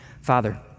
Father